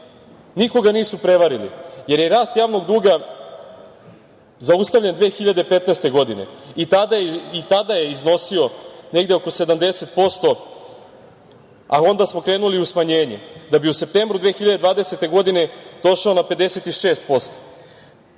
Nikoga nisu prevarili, jer je rast javnog duga zaustavljen 2015. godine i tada je iznosio negde oko 70%, a onda smo krenuli u smanjenje, da bi u septembru 2020. godine došao na 56%.